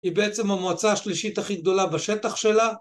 היא בעצם המועצה השלישית הכי גדולה בשטח שלה.